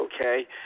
okay